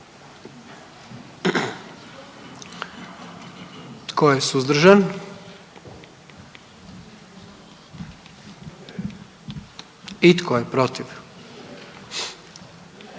Tko je suzdržan? I tko je protiv?